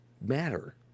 matter